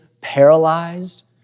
paralyzed